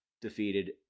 defeated